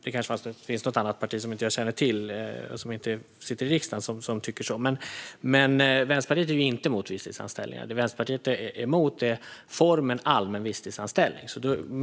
Det kanske finns något annat parti som jag inte känner till och som inte sitter riksdagen som tycker så, men Vänsterpartiet är inte emot visstidsanställningar. Det Vänsterpartiet är emot är formen allmän visstidsanställning.